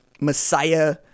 Messiah